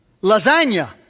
Lasagna